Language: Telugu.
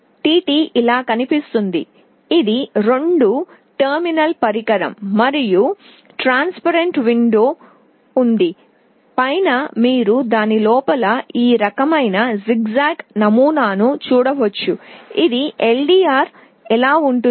Tt ఇలా కనిపిస్తుంది ఇది రెండు టెర్మినల్ పరికరం మరియు పారదర్శక విండో ఉంది పైన మీరు దాని లోపల ఈ రకమైన జిగ్జాగ్ నమూనాను చూడవచ్చు ఇది LDR ఎలా ఉంటుంది